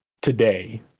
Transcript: today